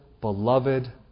beloved